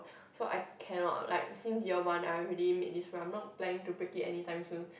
so I cannot like since year one I already made this I'm not planning to break it any time soon